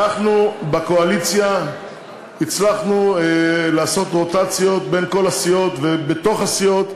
אנחנו בקואליציה הצלחנו לעשות רוטציות בין כל הסיעות ובתוך הסיעות,